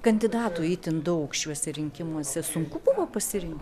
kandidatų itin daug šiuose rinkimuose sunku buvo pasirinkti